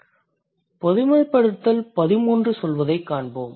GEN13 சொல்வதைக் காண்போம்